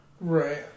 Right